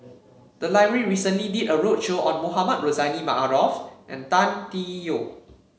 the library recently did a roadshow on Mohamed Rozani Maarof and Tan Tee Yoke